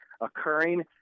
occurring